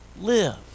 live